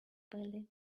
bailey